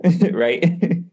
right